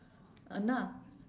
!hanna!